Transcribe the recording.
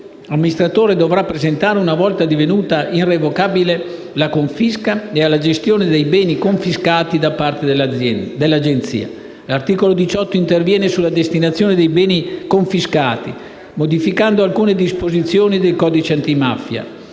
l'amministratore dovrà presentare una volta divenuta irrevocabile la confisca - e alla gestione dei beni confiscati da parte dell'Agenzia. L'articolo 18 interviene sulla destinazione dei beni confiscati, modificando alcune disposizioni del codice antimafia.